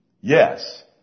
Yes